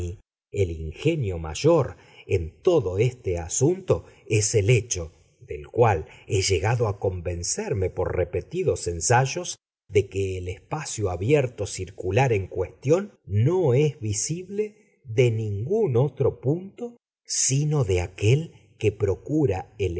el ingenio mayor en todo este asunto es el hecho del cual he llegado a convencerme por repetidos ensayos de que el espacio abierto circular en cuestión no es visible de ningún otro punto sino de aquel que procura